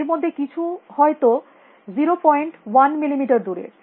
এর মধ্যে কিছু হয়ত 01 মিলিমিটার দুরে